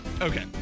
Okay